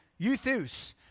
euthus